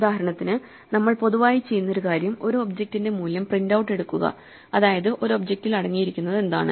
ഉദാഹരണത്തിന് നമ്മൾ പൊതുവായി ചെയ്യുന്ന ഒരു കാര്യം ഒരു ഒബ്ജെക്ട്ന്റെ മൂല്യം പ്രിന്റൌട്ട് എടുക്കുക അതായത് ഒരു ഒബ്ജെക്ടിൽ അടങ്ങിയിരിക്കുന്നതെന്താണ്